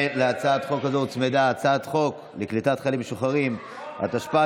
להצעה הזאת הוצמדה הצעת חוק לקליטת חיילים משוחררים (תיקון,